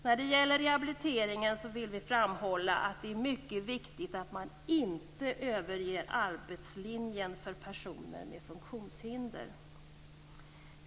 När det gäller rehabiliteringen vill vi framhålla att det är mycket viktigt att man inte överger arbetslinjen för personer med funktionshinder.